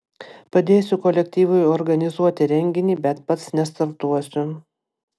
padėsiu kolektyvui organizuoti renginį bet pats nestartuosiu